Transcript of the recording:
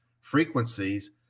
frequencies